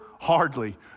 hardly